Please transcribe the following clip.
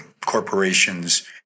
corporations